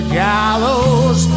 gallows